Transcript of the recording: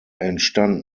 entstand